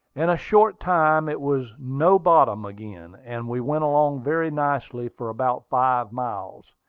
in a short time it was no bottom again and we went along very nicely for about five miles.